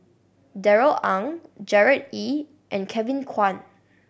Darrell Ang Gerard Ee and Kevin Kwan